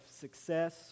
success